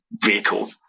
vehicle